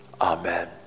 Amen